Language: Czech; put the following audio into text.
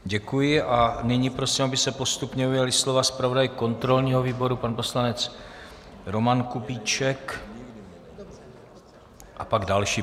Děkuji a nyní prosím, aby se postupně ujali slova zpravodaj kontrolního výboru pan poslanec Roman Kubíček a pak další.